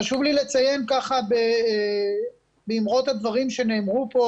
חשוב לי לציין בעקבות הדברים שנאמרו פה,